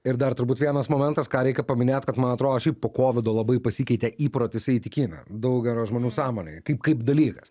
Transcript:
ir dar turbūt vienas momentas ką reikia paminėt kad man atrodo šiaip po kovido labai pasikeitė įprotis eit į kiną daugelio žmonių sąmonėj kaip kaip dalykas